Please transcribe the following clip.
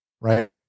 right